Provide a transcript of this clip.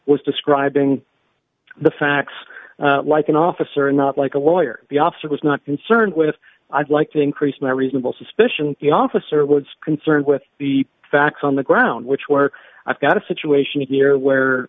was describing the facts like an officer not like a lawyer the officer was not concerned with i'd like to increase my reasonable suspicion the officer was concerned with the facts on the ground which were i've got a situation here where